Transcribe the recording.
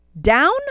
down